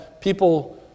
people